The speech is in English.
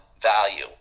value